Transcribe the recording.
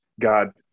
God